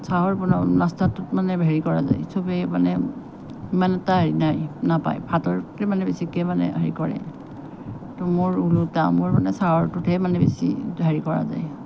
চাহৰ বনোৱা নাস্তাটোত মানে হেৰি কৰা যায় চবেই মানে ইমান এটা হেৰি নাই নাপায় ভাততে মানে বেছিকৈ মানে হেৰি কৰে তো মোৰ ওলোটা মোৰ চাহৰটোতহে মানে বেছি হেৰি কৰা যায়